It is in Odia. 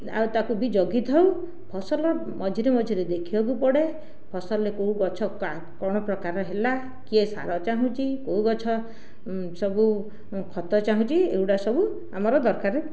ଆଉ ତାକୁ ବି ଜଗିଥାଉ ଫସଲ ମଝିରେ ମଝିରେ ଦେଖିବାକୁ ପଡ଼େ ଫସଲ କେଉଁ ଗଛ କା କଣ ପ୍ରକାର ହେଲା କିଏ ସାର ଚାହୁଁଛି କେଉଁ ଗଛ ସବୁ ଖତ ଚାହୁଁଛି ଏଗୁଡ଼ାକ ସବୁ ଆମର ଦରକାର